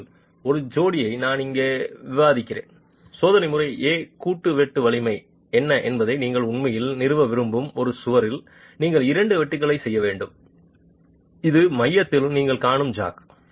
அவற்றில் ஒரு ஜோடியை நான் இங்கே விவாதிக்கிறேன் சோதனை முறை A கூட்டு வெட்டு வலிமை என்ன என்பதை நீங்கள் உண்மையில் நிறுவ விரும்பும் ஒரு சுவரில் நீங்கள் இரண்டு வெட்டுக்களைச் செய்ய வேண்டும் இது மையத்தில் நீங்கள் காணும் ஜாக்